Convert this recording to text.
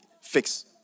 fix